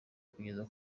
kugeza